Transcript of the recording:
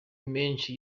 menshi